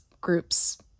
groups